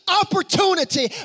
opportunity